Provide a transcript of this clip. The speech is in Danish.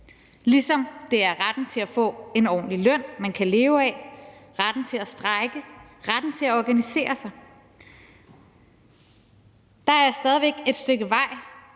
ligesom det er retten til at få en ordentlig løn, man kan leve af, retten til at strejke, retten til at organisere sig. Der er stadig væk et stykke vej,